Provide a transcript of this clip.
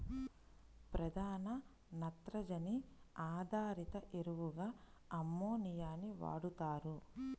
ప్రధాన నత్రజని ఆధారిత ఎరువుగా అమ్మోనియాని వాడుతారు